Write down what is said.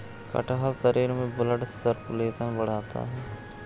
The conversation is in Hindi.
कटहल शरीर में ब्लड सर्कुलेशन बढ़ाता है